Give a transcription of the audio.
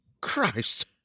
Christ